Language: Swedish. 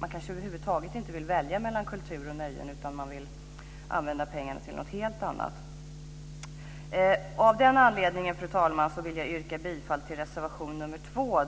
De kanske över huvud taget inte vill välja mellan kultur och nöjen, utan de vill kanske använda pengarna till något helt annat. Av den anledningen, fru talman, vill jag yrka bifall till reservation nr 2.